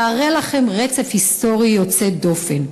והרי לכם רצף היסטורי יוצא דופן.